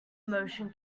motion